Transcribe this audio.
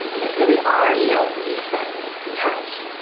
they really are the only family he has.